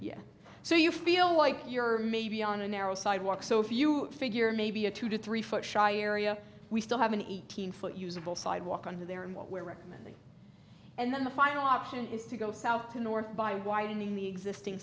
down so you feel like you're maybe on a narrow sidewalk so if you figure maybe a two to three foot shy area we still have an eighteen foot usable sidewalk under there and what we're recommending and then the final option is to go south to north by widening the existing